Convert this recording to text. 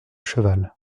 cheval